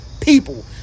people